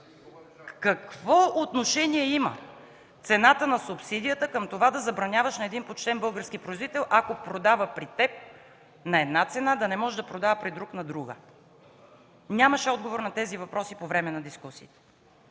Какво отношение има цената на субсидията към това да забраняваш на един почтен български производител, ако продава при теб на една цена, да не може да продава при друг на друга? Нямаше отговор на тези въпроси по време на дискусията.